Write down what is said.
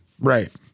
Right